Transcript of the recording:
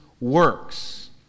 works